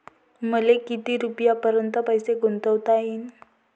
मले किती रुपयापर्यंत पैसा गुंतवता येईन?